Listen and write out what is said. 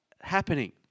happening